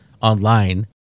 online